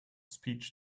speech